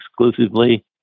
exclusively